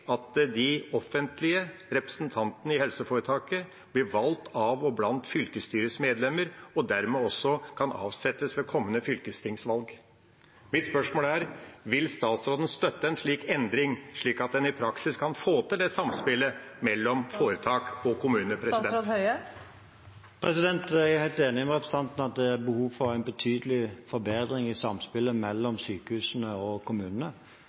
at de offentlige representantene i helseforetaket blir valgt av og blant fylkesstyrets medlemmer og dermed også kan avsettes ved kommende fylkestingsvalg. Mitt spørsmål er: Vil statsråden støtte en slik endring, slik at en i praksis kan få til samspillet mellom foretak og kommune? Jeg er helt enig med representanten i at det er behov for en betydelig forbedring i samspillet mellom sykehusene og kommunene.